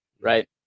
right